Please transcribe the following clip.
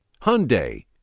Hyundai